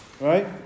Right